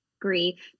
grief